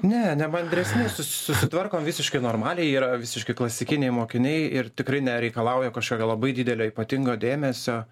ne nemandresni su susitvarkom visiškai normaliai yra visiškai klasikiniai mokiniai ir tikrai nereikalauja kažkokio labai didelio ypatingo dėmesio